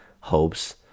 hopes